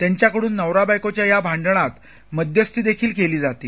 त्यांच्याकडून नवरा बायकोच्या भांडणात मध्यस्थी देखील केली जाते